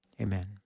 Amen